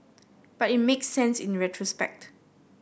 but it makes sense in retrospect